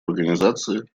организации